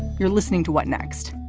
you're listening to what next.